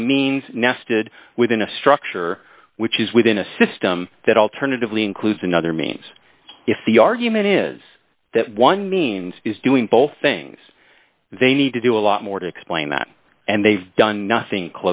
have a means nested within a structure which is within a system that alternatively includes another means if the argument is that one means doing both things they need to do a lot more to explain that and they've done nothing